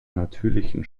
natürlichen